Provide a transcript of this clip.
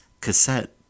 cassette